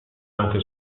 anche